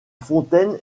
fontaine